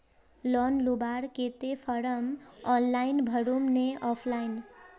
Loan लुबार केते form online भरुम ने ऑफलाइन?